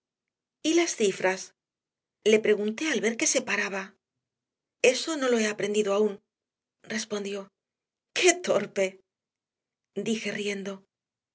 las cifras le pregunté al ver que se paraba eso no lo he aprendido aún respondió qué torpe dije riendo